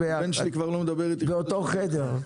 כולנו באותו קו